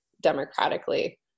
democratically